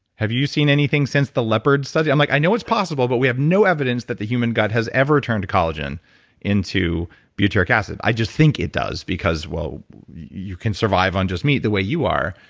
have you seen anything since the leopards study? um like i know it's possible but we have no evidence that the human gut has ever turned collagen into butyric acid. i just think it does because you can survive on just meat the way you are.